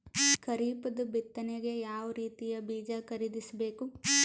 ಖರೀಪದ ಬಿತ್ತನೆಗೆ ಯಾವ್ ರೀತಿಯ ಬೀಜ ಖರೀದಿಸ ಬೇಕು?